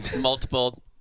Multiple